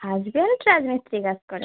husband রাজমিস্ত্রি কাজ করে